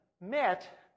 met